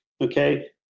Okay